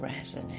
resonate